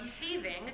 behaving